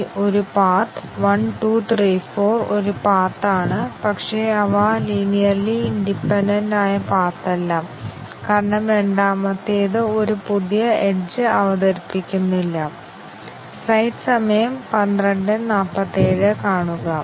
ഇപ്പോൾ MCDC പരിശോധനയിൽ എന്താണ് ഉൾപ്പെട്ടിരിക്കുന്നത് ഇതിനുള്ള ടെസ്റ്റ് കേസുകൾ ഞങ്ങൾ എങ്ങനെ രൂപകൽപ്പന ചെയ്യുന്നു എത്ര ടെസ്റ്റ് കേസുകൾ തുടങ്ങിയവ നോക്കാം